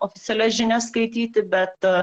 oficialias žinias skaityti bet